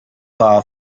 war